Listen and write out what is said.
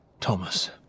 Thomas